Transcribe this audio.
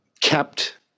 kept